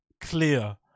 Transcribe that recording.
clear